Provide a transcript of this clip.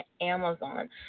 Amazon